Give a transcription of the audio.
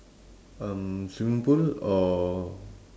um swimming pool or